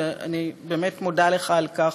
ואני באמת מודה לך על כך,